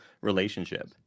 relationship